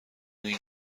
این